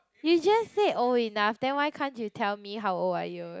you just said old enough then why can't you tell me how old are you